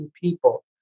people